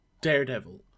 Daredevil